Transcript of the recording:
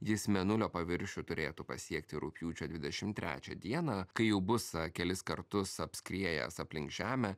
jis mėnulio paviršių turėtų pasiekti rugpjūčio dvidešim trečią dieną kai jau bus kelis kartus apskriejęs aplink žemę